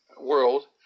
world